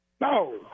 No